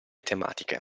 tematiche